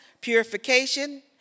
purification